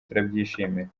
turabyishimira